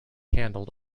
handled